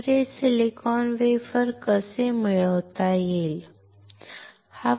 तर हे silicon wafer कसे मिळवता येईल